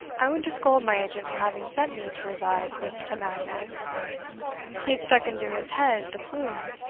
i went to scold my agent for having sent me to advise with a madman he had stuck into his head the plume,